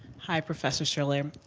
hi, professor shiller.